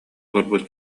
олорбут